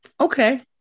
Okay